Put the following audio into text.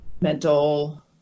mental